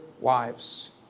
wives